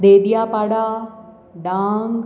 દેડિયા પાડા ડાંગ